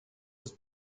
was